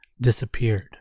disappeared